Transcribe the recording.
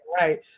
Right